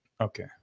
okay